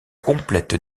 complète